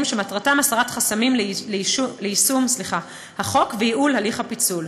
שמטרתם הסרת חסמים לשם יישום החוק וייעול הליך הפיצול.